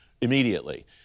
immediately